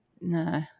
No